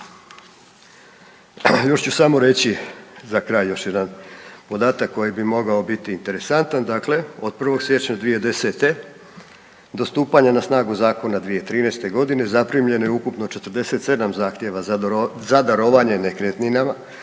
Još ću samo reći za kraj još jedan podatak koji bi mogao biti interesantan. Dakle, od 1. siječnja 2010. do stupanja na snagu zakona 2013. godine zaprimljeno je ukupno 47 zahtjeva za darovanje nekretninama